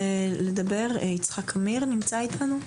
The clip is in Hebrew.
יצחק אמיר, בבקשה.